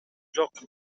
жок